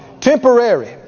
Temporary